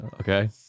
Okay